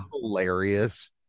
hilarious